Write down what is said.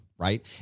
Right